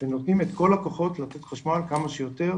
ונותנים את כל הכוחות לתת חשמל כמה שיותר.